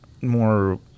more